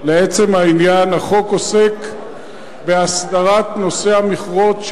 החוק עוסק בהסדרת נושא המכרות.